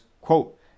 quote